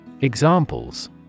Examples